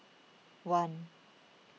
one